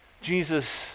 Jesus